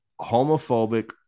homophobic